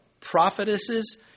prophetesses